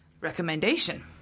Recommendation